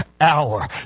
hour